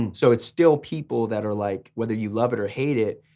and so it's still people that are like, whether you love it or hate it,